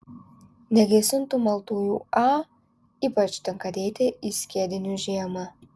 negesintų maltųjų a ypač tinka dėti į skiedinius žiemą